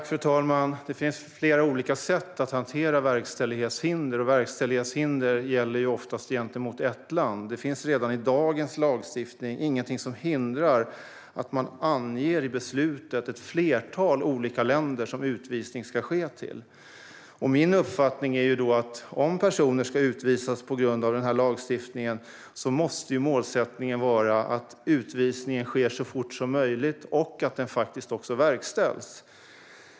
Fru talman! Det finns flera olika sätt att hantera verkställighetshinder, och verkställighetshinder gäller ju oftast gentemot ett land. Det finns redan med dagens lagstiftning ingenting som hindrar att man i beslutet anger ett flertal olika länder som utvisning ska ske till. Min uppfattning är att om personer ska utvisas på grund av den här lagstiftningen måste målsättningen vara att utvisningen sker så fort som möjligt och att den faktiskt också verkställs.